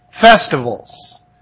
festivals